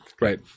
Right